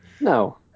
No